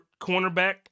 cornerback